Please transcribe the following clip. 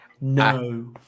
No